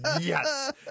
Yes